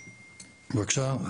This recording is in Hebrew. בבקשה,